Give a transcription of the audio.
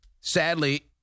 sadly